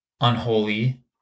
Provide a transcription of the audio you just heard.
unholy